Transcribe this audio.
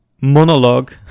monologue